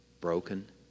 broken